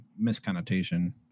misconnotation